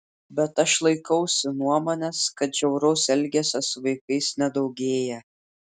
bet aš laikausi nuomonės kad žiauraus elgesio su vaikais nedaugėja